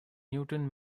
newton